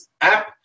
app